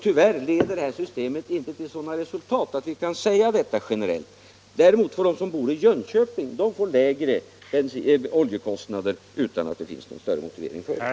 Tyvärr leder det föreslagna systemet inte till sådana resultat att man generellt kan säga att de får det. Däremot får t.ex. de som bor i Jönköping lägre oljekostnader, utan att det finns någon större motivering för det.